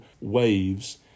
waves